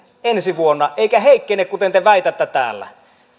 ensi vuonna eikä heikkene kuten te väitätte täällä